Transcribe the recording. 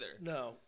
No